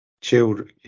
children